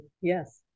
yes